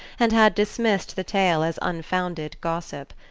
and had dismissed the tale as unfounded gossip.